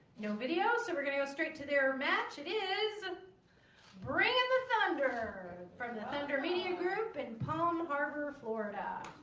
no video so we're going to go straight to their match it is bringing the thunder from the thunder media group and palm harbor florida